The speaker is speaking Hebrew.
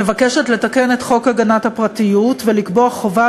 מבקשת לתקן את חוק הגנת הפרטיות ולקבוע חובה